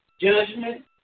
Judgment